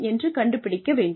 என்று கண்டுபிடிக்க வேண்டும்